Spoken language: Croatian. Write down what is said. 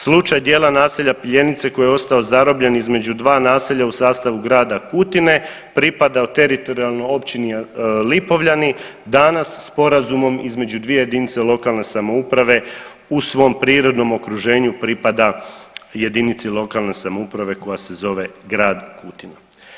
Slučaj dijela naselja Piljenice koji je ostao zarobljen između dva naselja u sastavu grada Kutine, pripadao teritorijalno općini Lipovljani danas sporazumom između dvije jedinice lokalne samouprave u svom prirodnom okruženju pripada jedinici lokalne samouprave koja se zove grad Kutina.